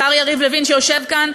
השר יריב לוין שיושב כאן,